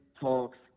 Talks